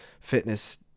fitness